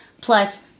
plus